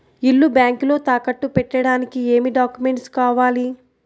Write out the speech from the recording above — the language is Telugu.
ఇల్లు బ్యాంకులో తాకట్టు పెట్టడానికి ఏమి డాక్యూమెంట్స్ కావాలి?